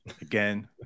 Again